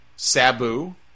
Sabu